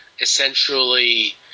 essentially